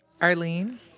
arlene